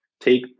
Take